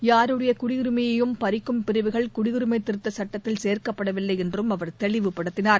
யாருடைய குடியுரிமையையும் பறிக்கும் பிரிவுகள் குடியுரிமை சட்டத்தில் திருத்த சேர்க்கப்படவில்லை என்றும் அவர் தெளிவுபடுத்தினார்